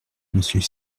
monsieur